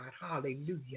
hallelujah